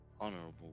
honorable